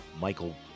Michael